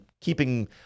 keeping